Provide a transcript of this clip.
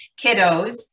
kiddos